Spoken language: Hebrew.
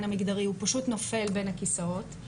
המגדרי הוא פשוט נופל בין הכיסאות,